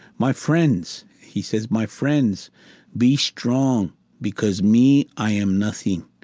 my friends he says, my friends be strong because me, i am nothing.